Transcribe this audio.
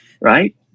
right